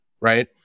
Right